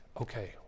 Okay